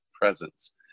presence